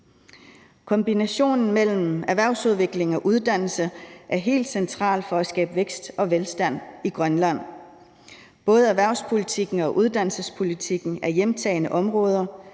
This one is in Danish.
Kombinationen af erhvervsudvikling og uddannelse er helt central for at skabe vækst og velstand i Grønland. Både erhvervspolitikken og uddannelsespolitikken er hjemtagne områder,